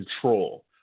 control